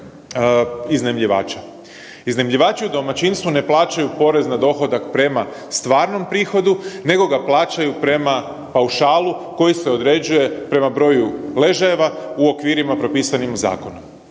Iznajmljivači u domaćinstvu ne plaćaju porez na dohodak prema stvarnom prihodu, nego ga plaćaju prema paušalu koji se određuje prema broju ležajeva u okvirima propisanim zakonom.